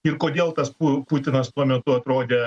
ir kodėl tas pu putinas tuo metu atrodė